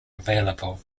available